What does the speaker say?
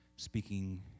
speaking